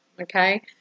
okay